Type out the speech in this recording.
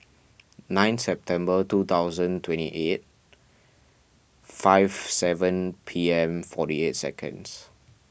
nine September two thousand twenty eight five seven P M forty eight seconds